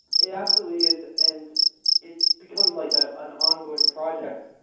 it absolutely is, and it becomes like ah an ongoing project,